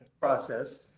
process